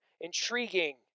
intriguing